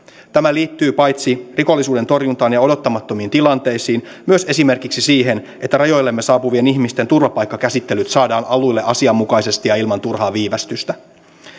tämä liittyy paitsi rikollisuuden torjuntaan ja odottamattomiin tilanteisiin myös esimerkiksi siihen että rajoillemme saapuvien ihmisten turvapaikkakäsittelyt saadaan alulle asianmukaisesti ja ilman turhaa viivästystä